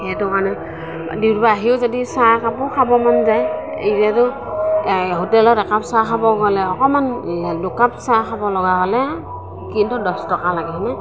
সেইটো কাৰণে ডিউটিৰ পৰা আহিও যদি চাহ একাপো খাব মন যায় এতিয়াতো হোটেলত একাপ চাহ খাব গ'লে অকণমান দুকাপ চাহ খাব লগা হ'লে কিন্তু দহ টকা লাগে হয়নে